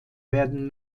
werden